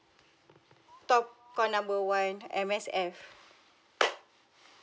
talk call number one M_S_F